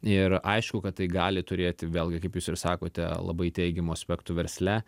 ir aišku kad tai gali turėti vėlgi kaip jūs ir sakote labai teigiamų aspektų versle